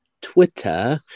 Twitter